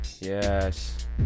Yes